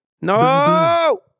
No